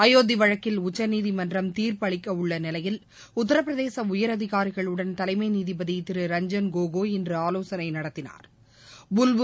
அயோத்திவழக்கில் உச்சநீதிமன்றம் தீர்ப்பு அளிக்கூள்ளநிலையில் உத்தரப்பிரதேசஉயர் அதிகாரிகளுடன் தலைமநீதிபதிதிரு ரஞ்சன் கோகாய் இன்றுஆவோசனைநடத்தினாா்